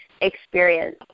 experience